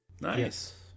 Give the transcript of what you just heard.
Nice